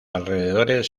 alrededores